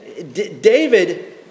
David